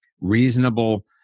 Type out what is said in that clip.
reasonable